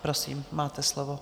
Prosím, máte slovo.